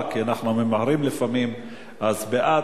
בעד,